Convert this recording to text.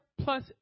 plus